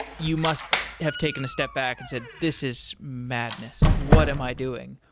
you must have taken a step back and said, this is madness. what am i doing?